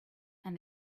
and